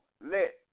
let